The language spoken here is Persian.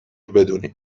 بدونی